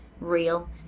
real